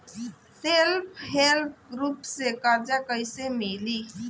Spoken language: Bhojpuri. सेल्फ हेल्प ग्रुप से कर्जा कईसे मिली?